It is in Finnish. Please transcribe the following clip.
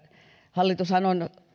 hallitushan on